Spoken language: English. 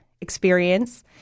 experience